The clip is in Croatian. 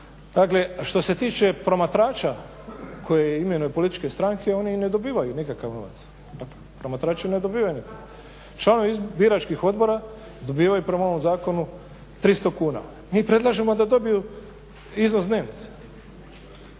što se tiče promatrača koje imenuju političke stranke oni i ne dobivaju nikakav novac. Promatrači ne dobivaju. Članovi biračkih odbora dobivaju prema ovom zakonu 300 kuna. Mi predlažemo da dobiju izlaz dnevnice.